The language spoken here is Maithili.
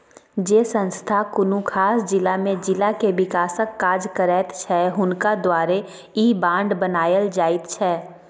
जे संस्था कुनु खास जिला में जिला के विकासक काज करैत छै हुनका द्वारे ई बांड बनायल जाइत छै